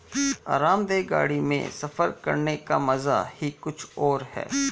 आरामदेह गाड़ी में सफर करने का मजा ही कुछ और है